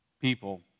people